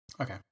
Okay